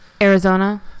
arizona